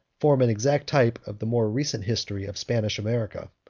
form an exact type of the more recent history of spanish america.